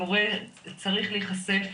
מורה צריך להיחשף,